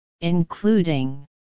including